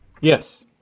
yes